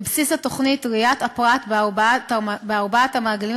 בבסיס התוכנית ראיית הפרט בארבעת המעגלים